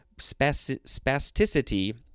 spasticity